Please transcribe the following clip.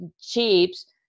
chips